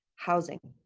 housing.